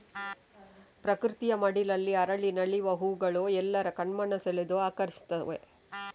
ಪ್ರಕೃತಿಯ ಮಡಿಲಲ್ಲಿ ಅರಳಿ ನಲಿವ ಹೂಗಳು ಎಲ್ಲರ ಕಣ್ಮನ ಸೆಳೆದು ಆಕರ್ಷಿಸ್ತವೆ